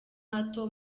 hato